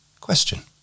Question